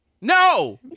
No